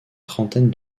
trentaine